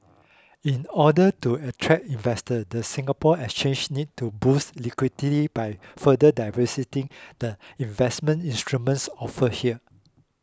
in order to attract investor the Singapore Exchange needs to boost liquidity by further diversifying the investment instruments offered here